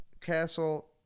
Castle